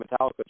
Metallica